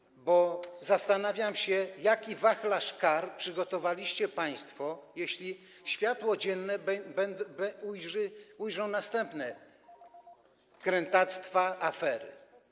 Zastanawiam się, jaki wachlarz kar przygotowaliście państwo, jeśli światło dzienne ujrzą następne krętactwa, afery.